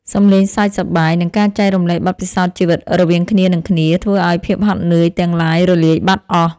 សំឡេងសើចសប្បាយ និងការចែករំលែកបទពិសោធន៍ជីវិតរវាងគ្នានិងគ្នា ធ្វើឱ្យភាពហត់នឿយទាំងឡាយរលាយបាត់អស់។